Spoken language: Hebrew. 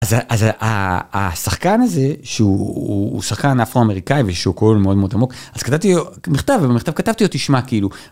אז ה.. אז ה.. ה.. השחקן הזה שהוא, הוא שחקן אפרו אמריקאי ויש לו קול מאוד מאוד עמוק אז כתבתי לו, מכתב ובמכתב כתבתי לו תשמע כאילו.